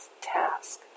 task